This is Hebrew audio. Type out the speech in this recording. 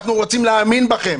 אנחנו רוצים להאמין בכם.